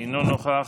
אינו נוכח.